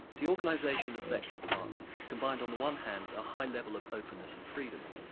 the organization of bletchley park combined on the one hand a high level of openness and freedom,